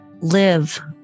live